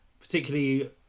particularly